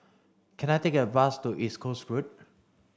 can I take a bus to East Coast Road